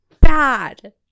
bad